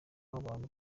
abantu